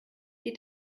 geht